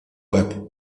łeb